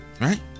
Right